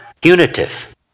punitive